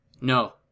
No